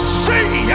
see